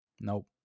nope